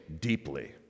deeply